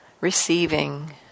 receiving